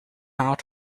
out